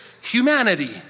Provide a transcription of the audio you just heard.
humanity